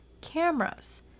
Cameras